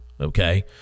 okay